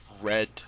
red